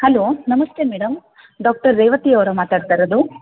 hello namaste madam doctor ರೇವತಿಯವರಾ ಮಾತಾಡ್ತಾ ಇರೋದು